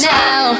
now